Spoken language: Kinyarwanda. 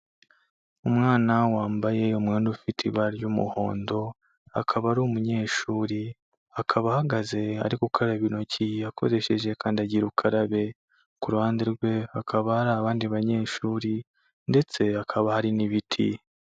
Umwana wambaye umwenda ufite ibara ry'umuhondo akaba ari umunyeshuri, akaba ahagaze ari gukuraba intoki yakoresheje kandagira ukarabe, ku ruhande rwe hakaba hari abandi banyeshuri ndetse hakaba hari n'ibiti.